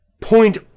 point